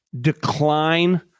decline